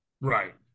Right